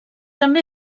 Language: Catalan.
també